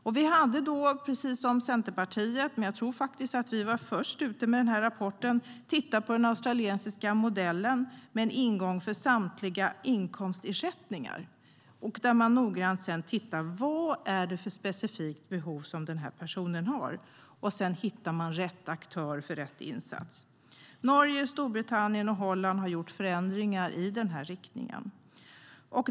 Vi hade då - precis som Centerpartiet, men jag tror faktiskt att vi var först ut med den här rapporten - tittat på den australiska modellen, med en ingång för samtliga inkomstersättningar. Där tittar man sedan noggrant på vilka specifika behov personen har och hittar rätt aktör för rätt insats. Norge, Storbritannien och Holland har gjort förändringar i den här riktningen.